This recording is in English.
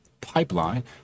pipeline